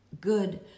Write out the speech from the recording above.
good